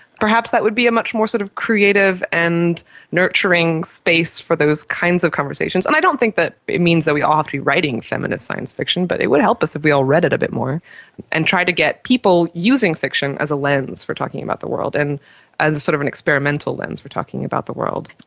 perhaps that would be a much more sort of creative and nurturing space for those kinds of conversations. and i don't think that it means that we all have to be writing feminist science fiction but it would help us if we all read it a bit more and tried to get people using fiction as a lens for talking about the world and as sort of an experimental lens for talking about the world.